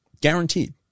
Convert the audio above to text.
Guaranteed